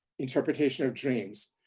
interpretation of dreams.